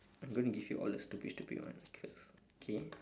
I am going to give you all the stupid stupid one cause K